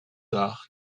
arts